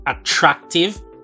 attractive